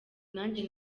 nanjye